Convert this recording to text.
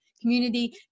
community